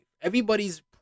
Everybody's